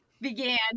began